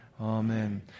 Amen